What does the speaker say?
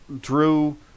Drew